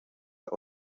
all